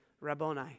Rabboni